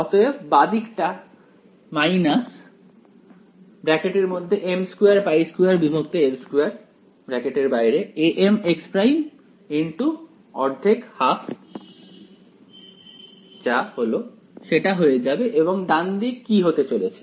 অতএব বাঁ দিকটা m2π2l2 amx′ × হয়ে যাবে এবং ডান দিক কি দিতে চলেছে